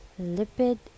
Lipid